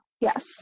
Yes